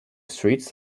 streets